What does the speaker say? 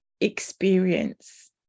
experience